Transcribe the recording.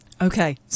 Okay